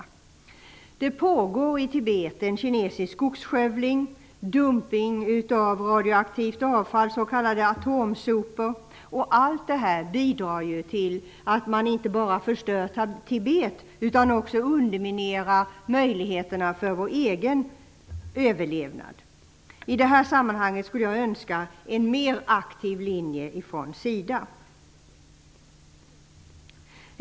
I Tibet pågår en kinesisk skogsskövling och dumpning av radioaktivt avfall, s.k. atomsopor. Allt det här bidrar till att man inte bara förstör Tibet utan också underminerar möjligheterna för vår egen överlevnad. I det här sammanhanget skulle jag önska en mera aktiv linje från SIDA.